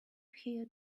here